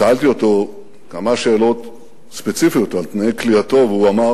שאלתי אותו כמה שאלות ספציפיות על תנאי כליאתו והוא אמר,